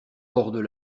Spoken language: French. hors